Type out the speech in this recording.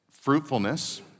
fruitfulness